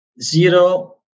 zero